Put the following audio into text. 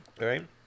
right